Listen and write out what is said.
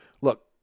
Look